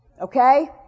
okay